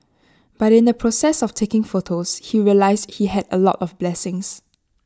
but in the process of taking photos he realised he had A lot of blessings